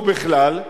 או בכלל,